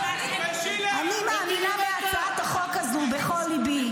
אני מאמינה בהצעת החוק הזאת בכל ליבי.